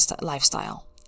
lifestyle